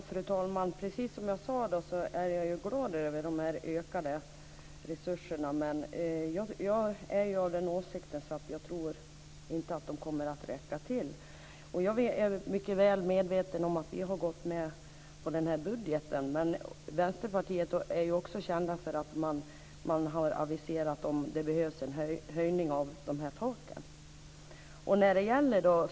Fru talman! Jag är glad över de ökade resurserna, men jag tror inte att de kommer att räcka till. Jag är väl medveten om att vi har gått med på budgeten, men Vänsterpartiet är ju också känt för att vi har aviserat att det behövs en höjning av taken.